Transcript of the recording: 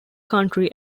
country